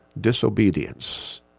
disobedience